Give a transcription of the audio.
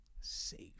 safe